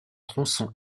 tronçon